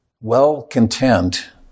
well-content